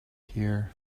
here